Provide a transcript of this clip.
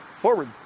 forward